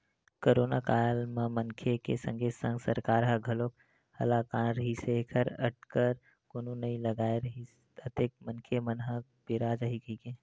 करोनो काल म मनखे के संगे संग सरकार ह घलोक हलाकान रिहिस हे ऐखर अटकर कोनो नइ लगाय रिहिस अतेक मनखे मन ह पेरा जाही कहिके